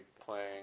playing